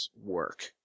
work